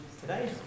today